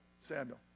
Samuel